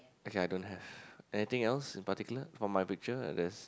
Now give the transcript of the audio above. okay I don't have anything else in particular for my picture there's